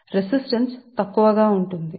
తరువాత రెసిస్టెన్స్ తక్కువగా ఉంటుంది